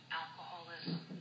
alcoholism